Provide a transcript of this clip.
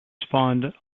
spawned